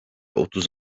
otuz